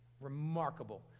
remarkable